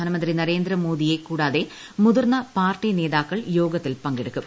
പ്രധാനമന്ത്രി നരേന്ദ്ര മോദിയെ കൂടാതെ മുതിർന്ന പാർട്ടി നേതാക്കൾ യോഗത്തിൽ പങ്കെടുക്കും